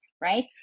right